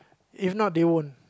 if not they wouldn't